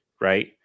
right